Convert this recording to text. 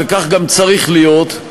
וכך גם צריך להיות,